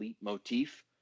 motif